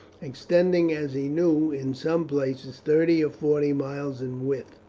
extending as he knew in some places thirty or forty miles in width.